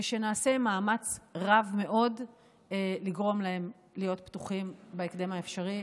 נעשה מאמץ רב מאוד לגרום להם להיות פתוחים בהקדם האפשרי.